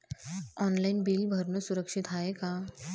Online bill भरनं सुरक्षित हाय का?